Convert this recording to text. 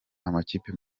amakipe